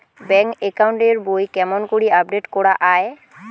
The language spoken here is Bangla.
ব্যাংক একাউন্ট এর বই কেমন করি আপডেট করা য়ায়?